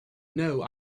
know